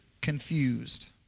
confused